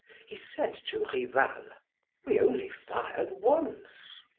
he said to rival we only fired once!